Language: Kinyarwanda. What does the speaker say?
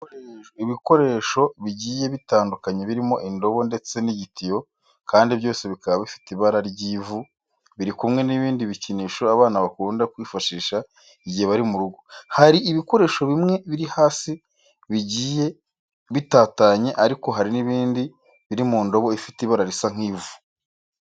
Ibikoresho bigiye bitandukanye birimo indobo ndetse n'igitiyo kandi byose bikaba bifite ibara ry'ivu, biri kumwe n'ibindi bikinisho abana bakunda kwifashisha igihe bari mu rugo. Hari ibikoresho bimwe biri hasi bigiye bitatanye ariko hari n'ibindi biri mu ndobo ifite ibara risa nk'ivu.